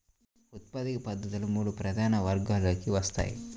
ఉత్పాదక పద్ధతులు మూడు ప్రధాన వర్గాలలోకి వస్తాయి